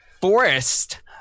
Forest